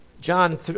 John